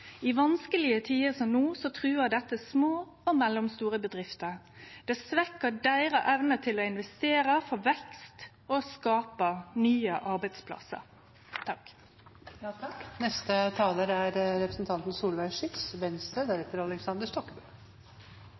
I vanskelege tider som no truar dette små og mellomstore bedrifter. Det svekkjer evna deira til å investere for vekst og skape nye arbeidsplassar.